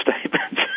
statement